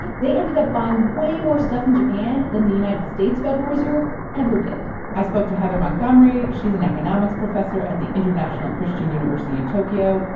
they ended up buying way more stuff in japan than the united states' federal reserve ever did i spoke to heather montgomery. she's an economics professor at the international christian university in tokyo.